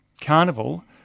carnival